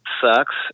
sucks